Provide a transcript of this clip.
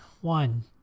One